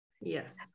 Yes